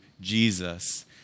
Jesus